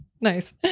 Nice